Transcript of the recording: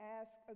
ask